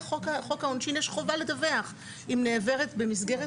לפי חוק העונשין יש חובה לדווח אם נעברת במסגרת